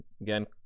again